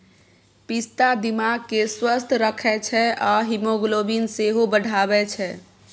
पिस्ता दिमाग केँ स्वस्थ रखै छै आ हीमोग्लोबिन सेहो बढ़ाबै छै